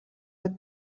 with